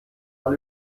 mal